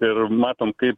ir matom kaip